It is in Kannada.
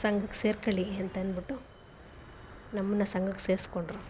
ಸಂಘಕ್ಕೆ ಸೇರ್ಕೋಳ್ಳಿ ಅಂತ ಅಂದ್ಬಿಟು ನಮ್ಮನ್ನು ಸಂಘಕ್ಕೆ ಸೇರಿಸ್ಕೊಂಡ್ರು